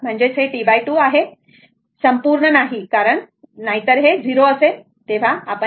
तर इथे पर्यंत T2 आहे आहे संपूर्ण नाही कारण यापासून हे 0 असेल बरोबर